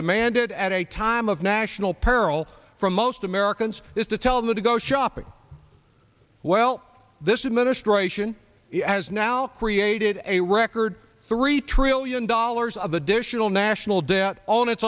demanded at a time of national peril for most americans is to tell them to go shopping well this administration has now created a record three trillion dollars of additional national debt